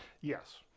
Yes